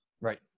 Right